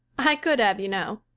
i could have, you know.